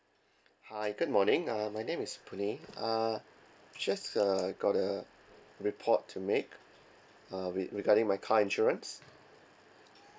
hi good morning uh my name is puny uh just uh got the report to make uh re~ regarding my car insurance